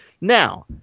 Now